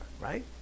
right